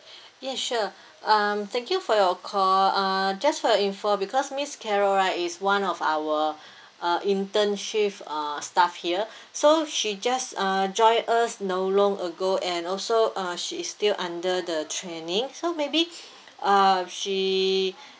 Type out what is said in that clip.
yes sure um thank you for your call uh just for your info because miss carole right is one of our uh internship uh staff here so she just uh joined us not long ago and also uh she is still under the training so maybe uh she